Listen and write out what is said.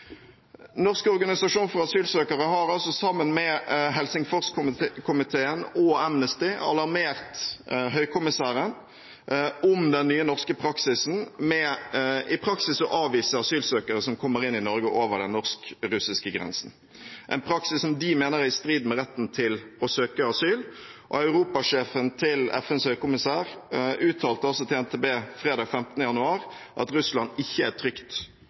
Norsk organisasjon for asylsøkere har sammen med Helsingforskomiteen og Amnesty alarmert Høykommissæren om den nye norske praksisen med i praksis å avvise asylsøkere som kommer inn i Norge over den norsk-russiske grensen – en praksis som de mener er i strid med retten til å søke asyl. Europasjefen til FNs høykommissær for flyktninger uttalte til NTB fredag 15. januar at Russland ikke er et trygt